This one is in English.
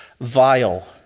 vile